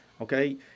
okay